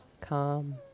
calm